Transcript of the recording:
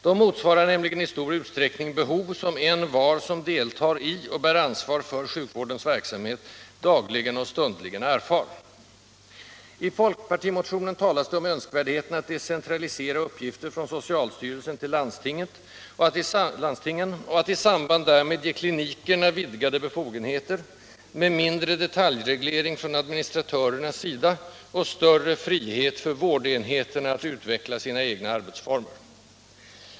De motsvarar nämligen i stor utsträckning behov som envar, som deltar i och bär ansvar för sjukvårdens verksamhet, dagligen och stundligen erfar. I folkpartimotionen talas det om önskvärdheten att decentralisera uppgifter från socialstyrelsen till landstingen och att i samband därmed ge klinikerna vidgade befogenheter, med mindre detaljreglering från administratörernas sida och större frihet för vårdenheterna att utveckla sina egna arbetsformer.